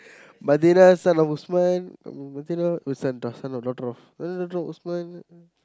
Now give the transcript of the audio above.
Madinah son of Usman Madinah uh son son or daughter of Usman